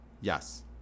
Yes